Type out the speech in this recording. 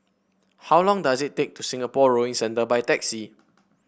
how long does it take to Singapore Rowing Centre by taxi